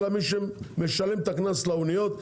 אלא מי שמשלם את הקנס לאניות,